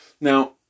Now